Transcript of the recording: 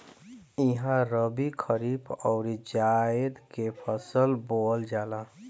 इहा रबी, खरीफ अउरी जायद के फसल बोअल जाला